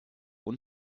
und